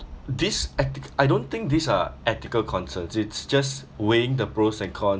this ethic~ I don't think these are ethical concerns it's just weighing the pros and cons